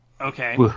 Okay